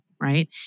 right